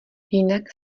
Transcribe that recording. jinak